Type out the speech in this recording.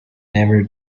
never